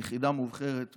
היחידה המובחרת בצה"ל.